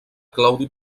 claudi